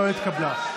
לא נתקבלה.